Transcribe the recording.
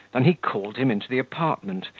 than he called him into the apartment,